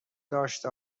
داشته